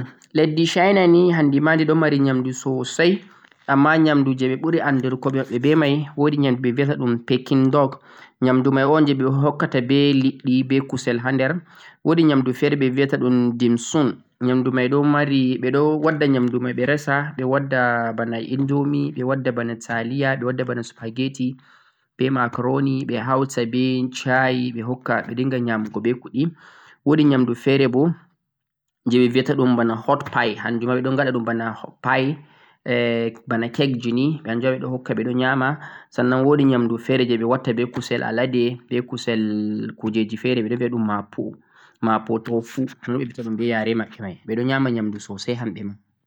leddi China ni handi ma di ɗon mari nyamdu sosai, amma nyamdu je ɓe ɓuri andiri go be mai wo'di nyamdu ɓe viyata ɗum pekindog, nyamdu mai un je ɓe hokkata be liɗɗi be kusel ha nder, wo'di nyamdu fe're ɓe viyata ɗum dimsun, nyamdu mai ɗo mari, ɓe ɗo wadda nyamdu mai ɓe ɗo resa ɓe wadda bana indomie, ɓe wadda bana taliya, ɓe wadda bana supperggetti, be macaroni ɓe hauta be shayi ɓe hokka ɓe ɗon nyama be kuɗi, wo'di nyamdu fe're bo je ɓe viyata ɗum bana hotpie hanjum ma ɓe ɗon gaɗa ɗum be pie, bana cakeji ni ɓe hokka ɓeɗo nyama, sannan wo'di nyamdu fe're je ɓe watta be kusel alade, be kusel kujeji fe're ɓe ɗon viyata ɗum ma'po, ma'po tofu be yare maɓɓe mai, ɓe nyama nyamdu sosai hamɓe ma.